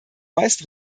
weist